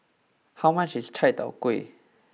how much is Chai Tow Kuay